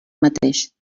mateix